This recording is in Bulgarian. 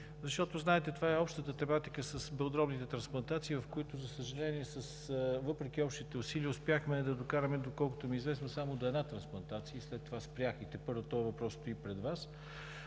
защото, знаете, това е общата тематика с белодробните трансплантации, в които, за съжаление, въпреки общите усилия успяхме да докараме, доколкото ми е известно, само до една трансплантация, след това спряха и тепърва този въпрос стои пред Вас.